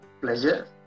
pleasure